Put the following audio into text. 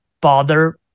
bother